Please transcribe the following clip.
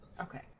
Okay